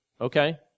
Okay